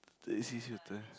Teh-C Siew-Dai